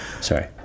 sorry